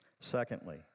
Secondly